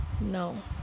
no